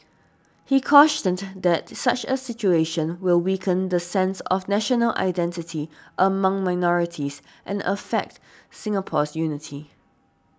he cause that such a situation will weaken the sense of national identity among minorities and affect Singapore's unity